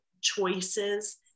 choices